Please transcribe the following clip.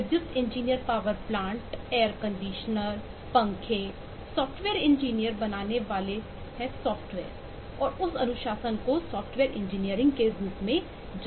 विद्युतीय engineer power plant air conditioner पंखे software engineer बनाने वाले हैं सॉफ्टवेयर और उस अनुशासन को सॉफ्टवेयर इंजीनियरिंग के रूप में जाना जाता है